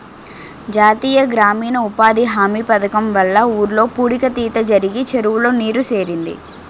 జాతీయ గ్రామీణ ఉపాధి హామీ పధకము వల్ల ఊర్లో పూడిక తీత జరిగి చెరువులో నీరు సేరింది